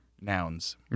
nouns